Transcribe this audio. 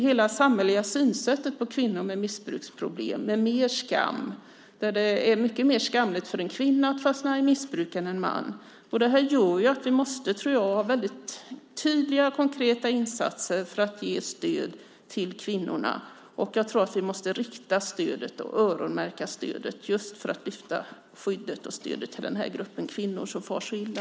Hela det samhälleliga synsättet när det gäller kvinnor med missbruksproblem med att det är mycket mer skamligt för en kvinna att fastna i missbruk än för en man gör att vi måste, tror jag, ha väldigt tydliga och konkreta insatser för att ge stöd till kvinnorna. Jag tror att vi måste rikta och öronmärka stödet just för att lyfta upp skyddet och stödet till den här gruppen kvinnor som far så illa.